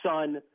son